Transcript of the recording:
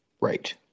Right